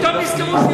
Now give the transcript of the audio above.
חבר הכנסת פלסנר.